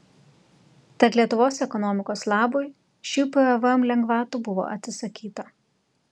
tad lietuvos ekonomikos labui šių pvm lengvatų buvo atsisakyta